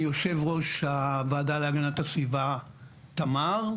אני יושב-ראש הוועדה להגנת הסביבה - תמר.